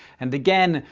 and again,